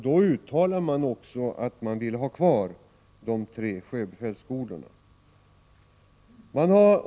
Då uttalades också önskemål om att få ha kvar de tre sjöbefälsskolorna i landet.